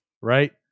right